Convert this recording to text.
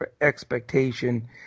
expectation